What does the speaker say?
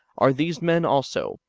are these men also,